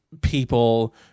people